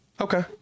Okay